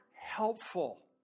helpful